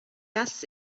das